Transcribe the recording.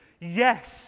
yes